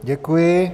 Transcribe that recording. Děkuji.